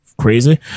crazy